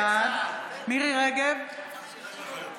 מירי מרים רגב,